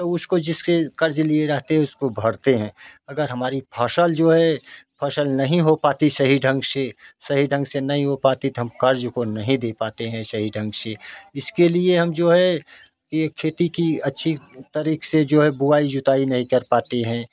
तो उसको जिससे कर्ज लिए रहते उसको भरते है अगर हमारी फसल जो है फसल नहीं हो पाती सही ढंग से सही ढंग से नहीं हो पाती तो हम कर्ज को नही दे पाते है सही ढंग से इसके लिए हम जो है ये खेती की अच्छी तरीके से जो है बोआई जोताई नहीं कर पाते हैं